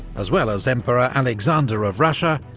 as well as emperor alexander of russia,